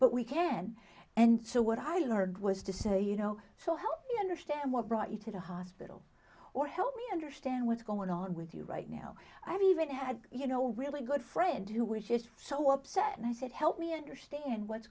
but we can and so what i learned was to say you know so help me understand what brought you to the hospital or help me understand what's going on with you right now i've even had you know really good friends who were just so upset and i said help me understand what's